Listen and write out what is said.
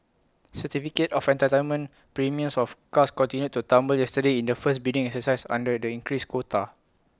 certificate of entitlement premiums of cars continued to tumble yesterday in the first bidding exercise under the increased quota